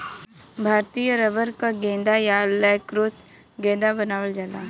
भारतीय रबर क गेंदा या लैक्रोस गेंदा बनावल जाला